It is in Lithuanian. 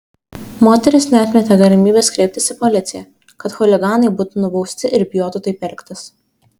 moteris neatmetė galimybės kreiptis į policiją kad chuliganai būtų nubausti ir bijotų taip elgtis